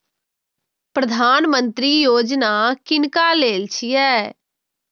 प्रधानमंत्री यौजना किनका लेल छिए?